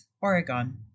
Oregon